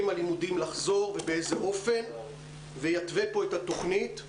הלימודים ובאיזה אופן ויתווה פה את התכנית.